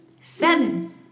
seven